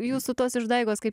jūsų tos išdaigos kaip